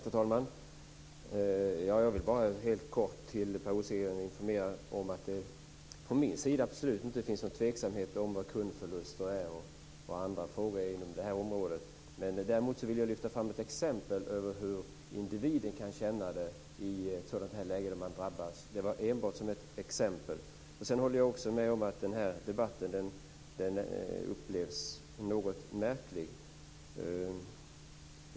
Fru talman! Jag vill bara helt kort informera Per Rosengren om att det från min sida absolut inte finns någon tveksamhet när det gäller vad t.ex. kundförluster är på detta område. Jag ville lyfta fram ett exempel på hur individen kan känna det i ett läge då den drabbas. Det var enbart ett exempel. Jag håller också med om att denna debatt är något märklig.